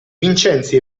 vincenzi